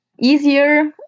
easier